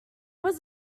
was